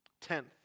Tenth